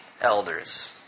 elders